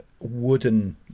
wooden